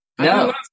No